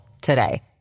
today